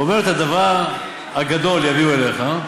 הוא אומר: את "הדבר הגדֹל יביאו אליך,